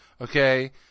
okay